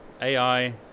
AI